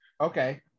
okay